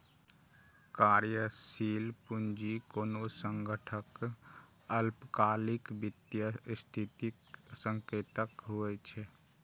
कार्यशील पूंजी कोनो संगठनक अल्पकालिक वित्तीय स्थितिक संकेतक होइ छै